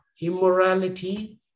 immorality